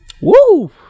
Woo